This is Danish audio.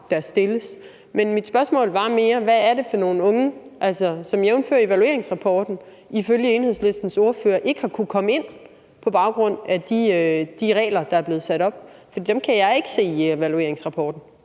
der stilles. Men mit spørgsmål var mere: Hvad er det for nogle unge, som jævnfør evalueringsrapporten ifølge Enhedslistens ordfører ikke har kunnet komme ind på baggrund af de regler, der er blevet sat op? For dem kan jeg ikke se i evalueringsrapporten.